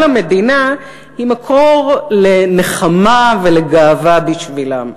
המדינה היא מקור לנחמה ולגאווה בשבילם,